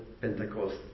Pentecost